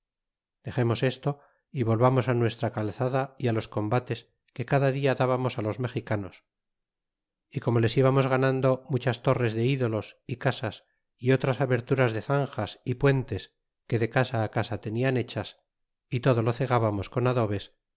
dexernos esto y volvamos á nuestra calzada y los combates que cada dia dábamos á los mexicanos y como les íbamos ganando muchas torres de ídolos y casas y otras aberturas de zanjas y puentesque de casa á casa tenian hechas y todo lo cegábamos con adobes